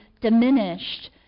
diminished